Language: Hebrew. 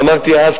ואמרתי אז,